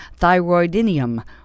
thyroidinium